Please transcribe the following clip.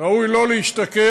ראוי לא להשתכר.